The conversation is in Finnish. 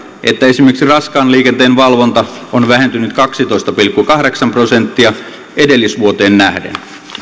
että esimerkiksi raskaan liikenteen valvonta on vähentynyt kaksitoista pilkku kahdeksan prosenttia edellisvuoteen nähden